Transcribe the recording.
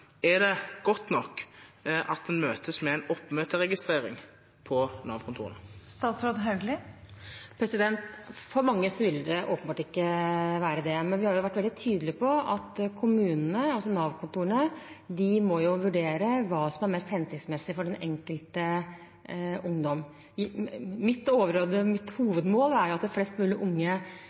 Er det godt nok at en møtes med en oppmøteregistrering på Nav-kontorene? For mange vil det ikke være det. Men vi har vært veldig tydelige på at kommunene, altså Nav-kontorene, må vurdere hva som er mest hensiktsmessig for den enkelte ungdom. Mitt overordnede hovedmål er at flest mulig unge